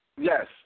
Yes